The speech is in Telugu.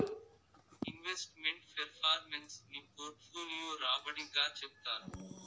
ఇన్వెస్ట్ మెంట్ ఫెర్ఫార్మెన్స్ ని పోర్ట్ఫోలియో రాబడి గా చెప్తారు